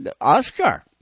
Oscar